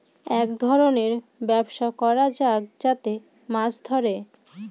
এক ধরনের ব্যবস্থা করা যাক যাতে মাছ ধরে